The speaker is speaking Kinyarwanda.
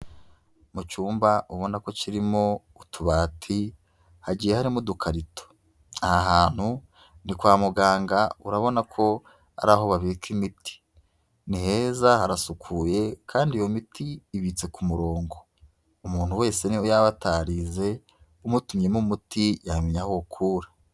Mu cyumba ubona ko kirimo utubati, hagiye harimo udukarito. Aha hantu ni kwa muganga urabona ko ari aho babika imiti. Ni heza harasukuye kandi iyo miti ibitse ku murongo umuntu wese niyo yaba atarize umutumyemo umuti yamenya aho uwukura.